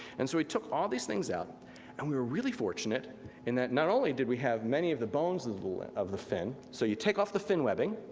and so we took all these things out and we were really fortunate in that not only did we have many of the bones of the of the fin, so you take off the fin webbing,